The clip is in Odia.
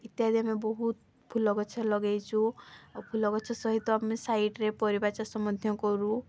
ଇତ୍ୟାଦି ଆମେ ବହୁତ ଫୁଲ ଗଛ ଲଗାଇଛୁ ଆଉ ଫୁଲ ଗଛ ସହିତ ଆମେ ସାଇଡ଼୍ରେ ପରିବା ଚାଷ ମଧ୍ୟ କରୁ